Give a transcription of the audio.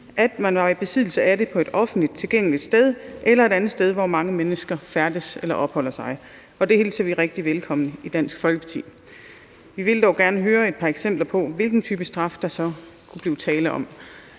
at man var i besiddelse af det på et offentligt tilgængeligt sted eller et andet sted, hvor mange mennesker færdes eller opholder sig. Og det hilser vi rigtig velkommen i Dansk Folkeparti. Vi vil dog gerne høre et par eksempler på, hvilken type straf der så kunne blive tale om.